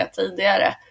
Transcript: tidigare